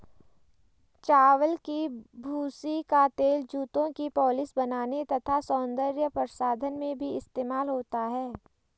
चावल की भूसी का तेल जूतों की पॉलिश बनाने तथा सौंदर्य प्रसाधन में भी इस्तेमाल होता है